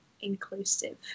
inclusive